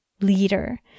leader